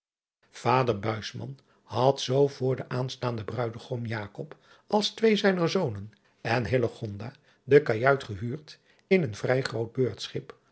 ader had zoo voor den aanstaanden ruidegom als twee zijner zoonen en de kajuit gehuurd in een vrij groot eurtschip